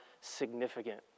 significant